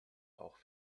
auch